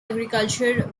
agricultural